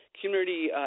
community